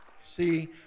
See